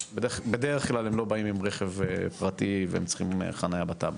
בדרך כלל הם לא באים עם רכב פרטי והם צריכים חנייה בטאבו,